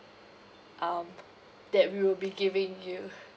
um that we will be giving you